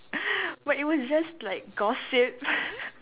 but it was just like gossip